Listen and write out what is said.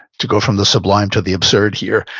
to go from the sublime to the absurd here,